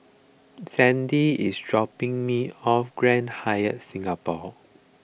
Sandie is dropping me off Grand Hyatt Singapore